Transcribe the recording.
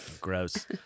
Gross